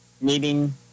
meeting